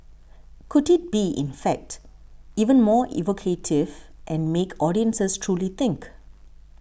could it be in fact even more evocative and make audiences truly think